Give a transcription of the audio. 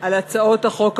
על הצעות החוק הבאות: